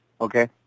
Okay